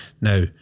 Now